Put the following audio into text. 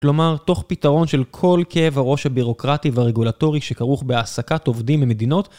כלומר, תוך פתרון של כל כאב הראש הבירוקרטי והרגולטורי שכרוך בהעסקת עובדים במדינות,